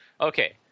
Okay